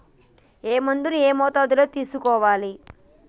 ఏ మందును ఏ మోతాదులో తీసుకోవాలి?